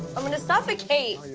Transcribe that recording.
i'm gonna suffocate!